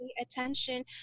attention